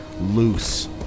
loose